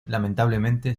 lamentablemente